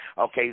Okay